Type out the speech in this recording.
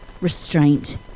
restraint